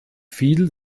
viel